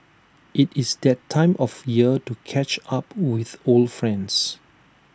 IT is that time of year to catch up with old friends